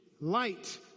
Light